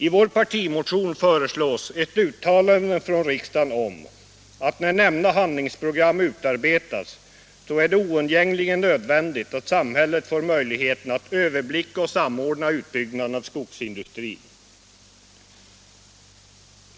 I vår partimotion föreslås ett uttalande från riksdagen om att det är oundgängligen nödvändigt att samhället, när nämnda handlingsprogram utarbetats, får möjlighet att överblicka och samordna utbyggnaden av skogsindustrin.